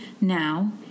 Now